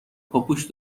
پاپوش